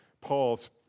Paul's